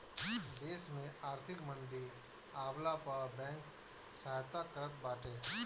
देस में आर्थिक मंदी आवला पअ बैंक सहायता करत बाटे